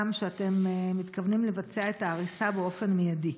שאתם מתכוונים לבצע את ההריסה באופן מיידי.